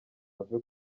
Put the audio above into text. ave